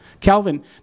Calvin